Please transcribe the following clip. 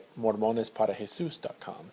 mormonesparajesus.com